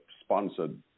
sponsored